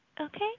Okay